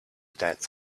dance